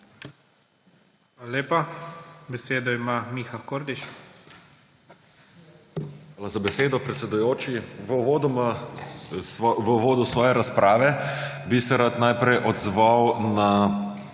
Hvala za besedo, predsedujoči. V uvodu svoje razprave bi se rad najprej odzval na